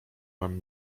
mam